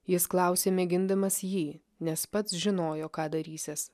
jis klausė mėgindamas jį nes pats žinojo ką darysiąs